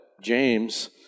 James